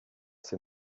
s’est